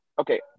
okay